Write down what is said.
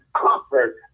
comfort